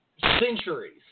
centuries